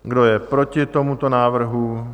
Kdo je proti tomuto návrhu?